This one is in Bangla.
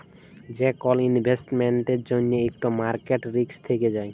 যে কল ইলভেস্টমেল্টের জ্যনহে ইকট মার্কেট রিস্ক থ্যাকে যায়